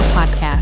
Podcast